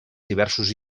diversos